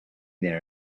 there